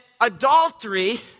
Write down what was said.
adultery